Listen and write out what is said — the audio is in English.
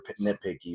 nitpicky